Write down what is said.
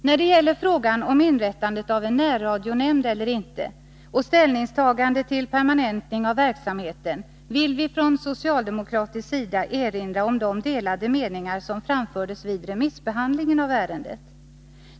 När det gäller frågan om inrättande av en närradionämnd eller inte och ställningstagande till en permanentning av verksamheten vill vi från socialdemokratisk sida erinra om de delade meningar som framfördes vid remissbehandlingen av ärendet.